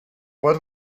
what